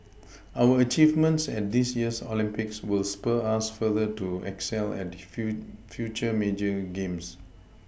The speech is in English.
our achievements at this year's Olympics will spur us further to excel at few future major games